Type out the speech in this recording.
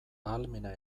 ahalmena